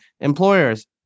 employers